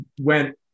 went